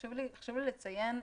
חשוב לי לציין,